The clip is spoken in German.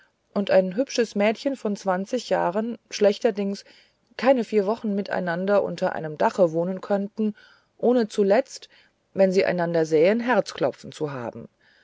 und ein hübsches mädchen von zwanzig jahren schlechterdings keine vier wochen miteinander unter einem dache wohnen könnten ohne zuletzt wenn sie einander sähen herzklopfen zu haben